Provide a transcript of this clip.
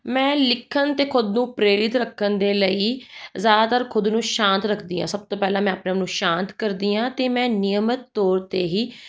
ਮੈਂ ਲਿਖਣ 'ਤੇ ਖੁਦ ਨੂੰ ਪ੍ਰੇਰਿਤ ਰੱਖਣ ਦੇ ਲਈ ਜ਼ਿਆਦਾਤਰ ਖੁਦ ਨੂੰ ਸ਼ਾਂਤ ਰੱਖਦੀ ਹਾਂ ਸਭ ਤੋਂ ਪਹਿਲਾਂ ਮੈਂ ਆਪਣੇ ਆਪ ਨੂੰ ਸ਼ਾਂਤ ਕਰਦੀ ਹਾਂ ਅਤੇ ਮੈਂ ਨਿਯਮਤ ਤੌਰ 'ਤੇ ਹੀ